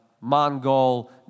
mongol